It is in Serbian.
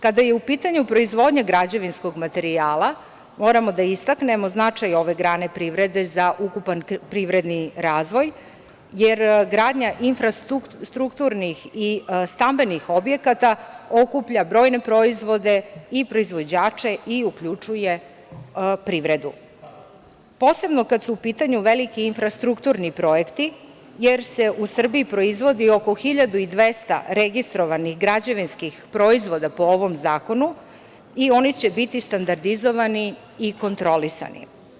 Kada je u pitanju proizvodnja građevinskog materijala, moramo da istaknemo značaj ove grane privrede za ukupan privredni razvoj, jer gradnja infrastrukturnih i stambenih objekata okuplja brojne proizvode i proizvođače i uključuje privredu, posebno kada su u pitanju veliki infrastrukturni projekti, jer se u Srbiji proizvodi oko 1.200 registrovanih građevinskih proizvoda po ovom zakonu i oni će biti standardizovani i kontrolisani.